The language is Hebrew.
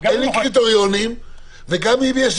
אין לי קריטריונים וגם אם יש לי